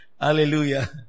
Hallelujah